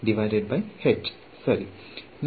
ಸರಿ